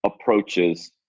approaches